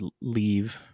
leave